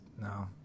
No